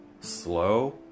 slow